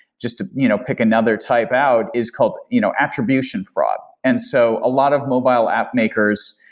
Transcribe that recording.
just to you know pick another type out, is called you know attribution fraud. and so a lot of mobile app makers,